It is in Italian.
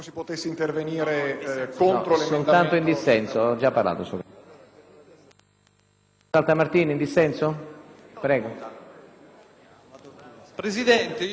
Presidente, intervengo per annunciare la mia astensione dal voto